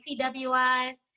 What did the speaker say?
PWI